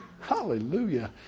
Hallelujah